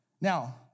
Now